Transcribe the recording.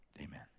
Amen